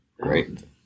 Great